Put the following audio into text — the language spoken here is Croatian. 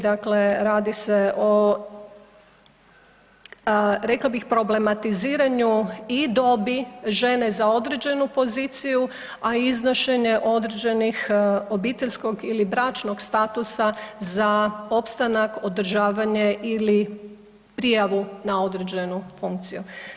Dakle, radi se o rekla bih o problematiziranju i dobi žene za određenu poziciju, a iznošenje određenih obiteljskog ili bračnog statusa za opstanak, održavanje ili prijavu na određenu funkciju.